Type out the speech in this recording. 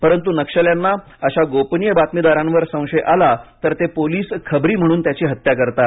परंतु नक्षल्यांना अशा गोपनीय बातमीदारांवर संशय आला तर ते पोलिस खबरी म्हणून त्यांची हत्या करतात